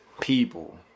people